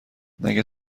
مگه